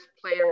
player